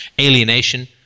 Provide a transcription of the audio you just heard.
alienation